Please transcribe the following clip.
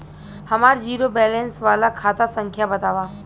हमार zero balance वाला खाता संख्या वतावा?